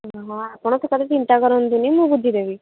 ହଁ ଆପଣ ସେ କଥା ଚିନ୍ତା କରନ୍ତୁନି ମୁଁ ବୁଝିଦେବି